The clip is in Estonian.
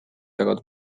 jagada